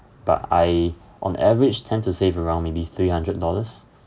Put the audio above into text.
but I on average tend to save around maybe three hundred dollars